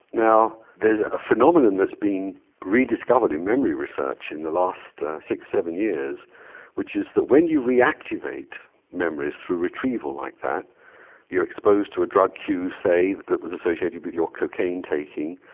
now there's a phenomenon that's been rediscovered in memory research in the last six or seven years which is that when you reactivate memories through retrieval like that you're exposed to a drug cue, say, that was associated with your cocaine taking,